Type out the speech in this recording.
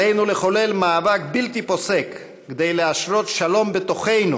עלינו לחולל מאבק בלתי פוסק כדי להשרות שלום בתוכנו,